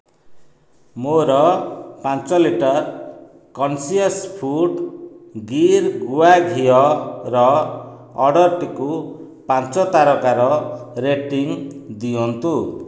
ମୋର ପାଞ୍ଚ litre conscious food Gir ଗୁଆ ଘିଅର ଅର୍ଡ଼ର୍ଟିକୁ ପାଞ୍ଚ ତାରକାର ରେଟିଂ ଦିଅନ୍ତୁ